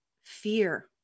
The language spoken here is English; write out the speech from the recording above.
fear